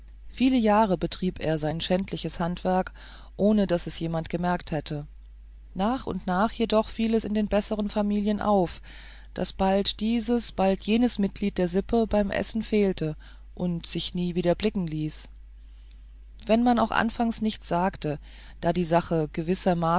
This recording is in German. viele jahre betrieb er sein schändliches handwerk ohne daß es jemand bemerkt hätte nach und nach jedoch fiel es in den besseren familien auf daß bald dieses bald jenes mitglied der sippe beim essen fehlte und sich nie wieder blicken ließ wenn man auch anfangs nichts sagte da die sache